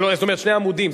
זאת אומרת שני עמודים,